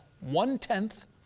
one-tenth